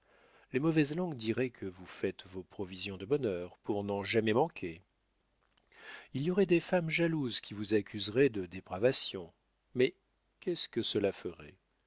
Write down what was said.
les mauvaises langues diraient que vous faites vos provisions de bonheur pour n'en jamais manquer il y aurait des femmes jalouses qui vous accuseraient de dépravation mais qu'est-ce que cela ferait